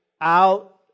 out